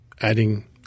adding